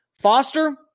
Foster